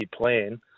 plan